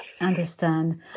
Understand